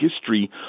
history